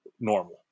normal